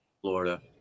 Florida